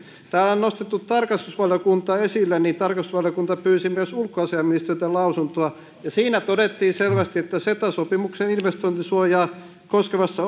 täällä on nostettu tarkastusvaliokunta esille niin tarkastusvaliokunta pyysi myös ulkoasiainministeriöltä lausuntoa ja siinä todettiin selvästi että ceta sopimuksen investointisuojaa koskevassa